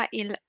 il